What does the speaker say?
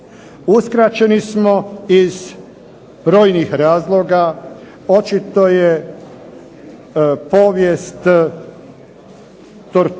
Uskraćeni smo iz brojnih razloga. Očito je povijest torture